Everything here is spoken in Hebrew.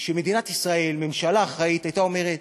שבמדינת ישראל, ממשלה אחראית הייתה אומרת: